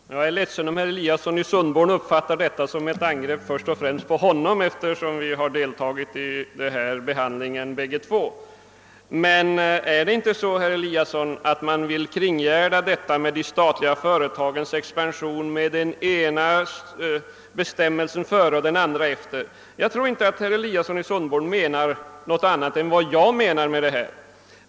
Herr talman! Jag är ledsen om herr Eliasson i Sundborn uppfattar vad jag sade som ett angrepp först och främst på honom, eftersom vi båda deltagit i behandlingen av ärendet. Men är det inte så, herr Eliasson, att man vill kring gärda de statliga företagens expansion med den ena bestämmelsen före och den andra efter? Jag tror inte att herr Eliasson menar någonting annat än jag själv med detta.